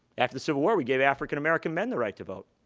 after the civil war, we gave african american men the right to vote.